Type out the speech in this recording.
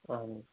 اَہَن حظ